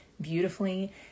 beautifully